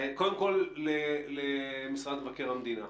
קודם כל, למשרד מבקר המדינה.